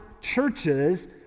churches